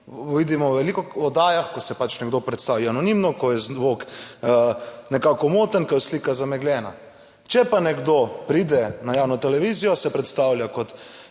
Vidimo v veliko oddajah, ko se pač nekdo predstavi anonimno, ko je zvok nekako moten, ko je slika zamegljena. Če pa nekdo pride na javno televizijo, se predstavlja kot